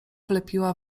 wlepiła